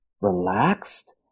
relaxed